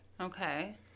Okay